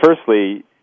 firstly